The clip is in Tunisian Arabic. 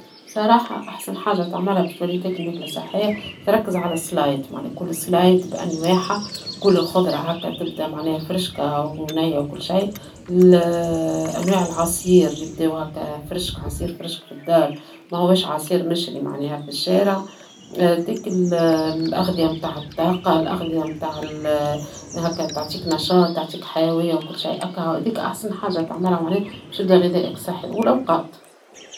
إذا صديقك يحب يأكل صحي، نقوله جرب السلطات مع البروتينات. نجم تعمل دجاج مشوي مع خضار مشوية، أو سمك مشوي مع أرز بني. جرب الفواكه كوجبة خفيفة، وقلل من السكريات. بالأكل الصحي، حتحس بالطاقة وتحسن صحتك.